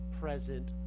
present